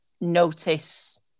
notice